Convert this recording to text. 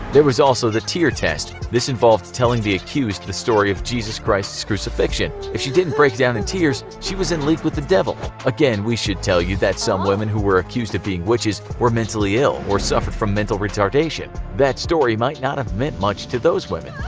there was also the tear test. this involved telling the accused the story of jesus christ's crucifixion. if she didn't break down in tears, she was in league with the devil. again, we should tell you that some women who were accused of being witches were mentally ill, or suffered from mental retardation. that story might not have meant much to those women.